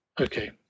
okay